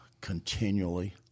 continually